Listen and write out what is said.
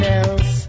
else